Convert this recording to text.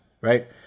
Right